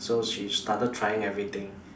so she started trying everything